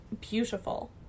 beautiful